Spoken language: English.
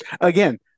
Again